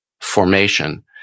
formation